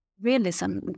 realism